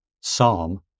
Psalm